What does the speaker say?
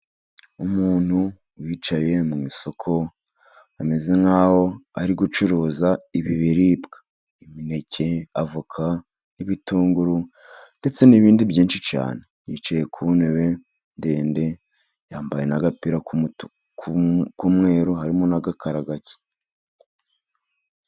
Umuntu wicaye mu isoko ameze nkaho ari gucuruza ibi biribwa: imineke, avoka, n'ibitunguru ndetse n'ibindi byinshi cyane. Yicaye ku ntebe ndende yambaye agapira k'umweru harimo n'agakara gake.